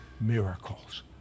miracles